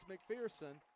McPherson